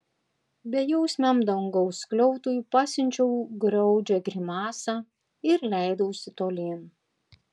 bejausmiam dangaus skliautui pasiunčiau graudžią grimasą ir leidausi tolyn